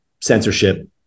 censorship